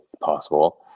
possible